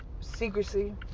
secrecy